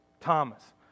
Thomas